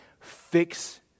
fix